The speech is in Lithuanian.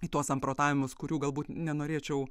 į tuos samprotavimus kurių galbūt nenorėčiau